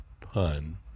pun